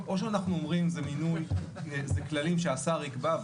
או שאנחנו אומרים שזה כללים שהשר יקבע,